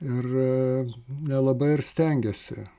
ir nelabai ir stengėsi